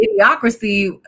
idiocracy